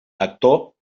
actor